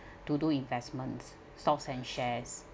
to do investments stocks and shares